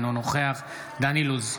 אינו נוכח דן אילוז,